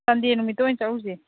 ꯁꯟꯗꯦ ꯅꯨꯃꯤꯠꯇ ꯑꯣꯏꯅ ꯆꯧꯁꯦ